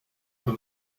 and